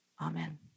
Amen